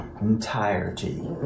entirety